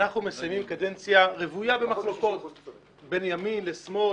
אנחנו מסיימים קדנציה רוויה במחלוקות בין ימין לשמאל,